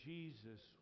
Jesus